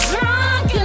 Drunk